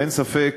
ואין ספק